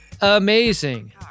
amazing